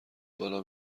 بالا